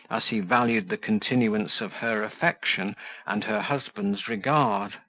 as he valued the continuance of her affection and her husband's regard.